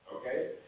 Okay